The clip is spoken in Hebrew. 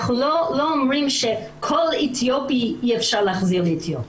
אנחנו לא אומרים שכל אתיופי אי-אפשר להחזיר לאתיופיה,